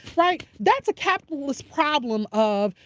like that's a capitalist problem of,